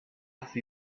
see